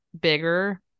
bigger